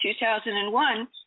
2001